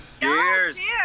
Cheers